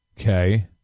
Okay